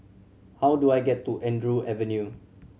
how do I get to Andrew Avenue